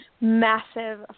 massive